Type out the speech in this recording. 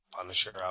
Punisher